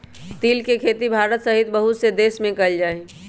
तिल के खेती भारत सहित बहुत से देश में कइल जाहई